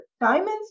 diamonds